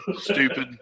stupid